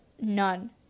none